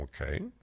Okay